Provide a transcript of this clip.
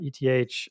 ETH